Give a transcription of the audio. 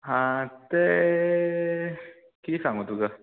आं तें किदें सांगू तुका